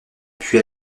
puis